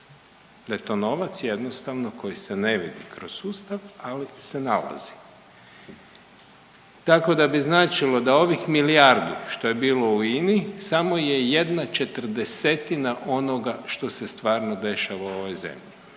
Da je to novac jednostavno koji se ne vidi kroz sustav, ali se nalazi. Tako da bi značilo da ovih milijardu što je bilo u INI samo jedna četrdesetina onoga što se stvarno dešava u ovoj zemlji.